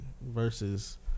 versus